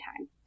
time